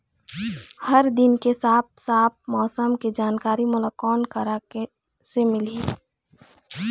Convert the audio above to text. हर दिन के साफ साफ मौसम के जानकारी मोला कोन करा से मिलही?